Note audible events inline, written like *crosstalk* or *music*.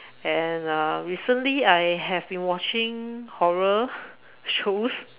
and uh recently I have been watching horror *laughs* shows